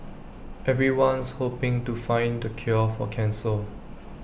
everyone's hoping to find the cure for cancer